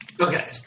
okay